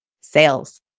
sales